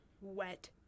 wet